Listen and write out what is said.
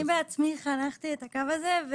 אני בעצמי חנכתי את הקו הזה.